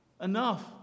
Enough